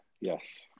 Yes